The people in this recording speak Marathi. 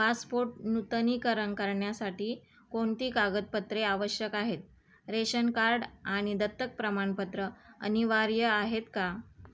पासपोट नूतनीकरण करण्यासाठी कोणती कागदपत्रे आवश्यक आहेत रेशन कार्ड आणि दत्तक प्रमाणपत्र अनिवार्य आहेत का